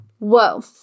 Whoa